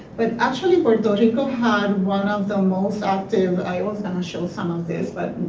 but actually puerto rico had one of the most active, i was gonna show some of this but,